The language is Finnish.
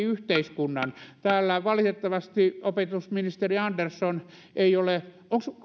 yhteiskunnan täällä valitettavasti opetusministeri andersson ei ole